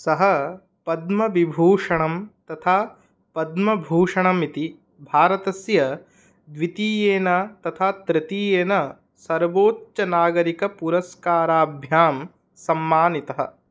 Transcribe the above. सः पद्मविभूषणं तथा पद्मभूषणमिति भारतस्य द्वितीयेन तथा तृतीयेन सर्वोच्चनागरिकपुरस्काराभ्यां सम्मानितः